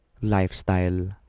lifestyle